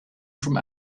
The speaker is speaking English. from